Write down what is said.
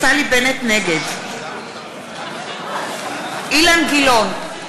נגד אילן גילאון,